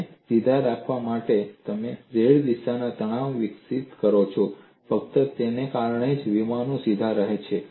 તેમને સીધા રાખવા માટે તમે z દિશામાં તણાવ વિકસિત કરશો ફક્ત તેના કારણે જ વિમાનો સીધા રહે છે